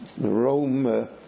Rome